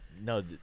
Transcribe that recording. No